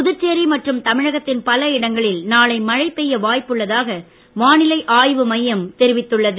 புதுச்சேரி மற்றும் தமிழகத்தின் பல இடங்களில் நாளை மழை பெய்ய வாய்ப்புள்ளதாக வானிலை ஆய்வு மையம் தெரிவித்துள்ளது